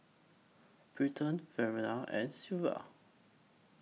Britton Valery and Sylvia